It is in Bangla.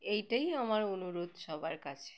এইটাই আমার অনুরোধ সবার কাছে